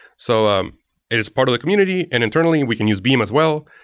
so um it is part of the community. and internally, we can use beam as well.